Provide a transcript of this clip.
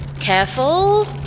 Careful